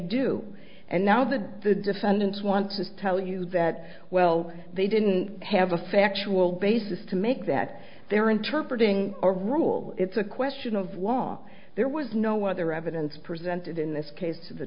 do and now that the defendant's onces tell you that well they didn't have a factual basis to make that their interpretation or rule it's a question of was there was no other evidence presented in this case the